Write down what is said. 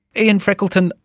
ian freckelton,